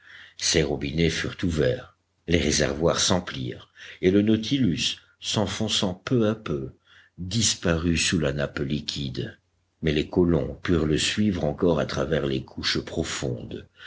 ces robinets furent ouverts les réservoirs s'emplirent et le nautilus s'enfonçant peu à peu disparut sous la nappe liquide mais les colons purent le suivre encore à travers les couches profondes